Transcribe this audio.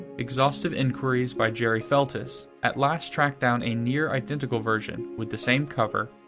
exhaustive enquiries by gerry feltus at last tracked down a near-identical version, with the same cover,